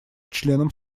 членам